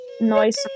noise